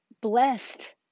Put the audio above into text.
blessed